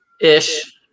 ish